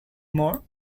more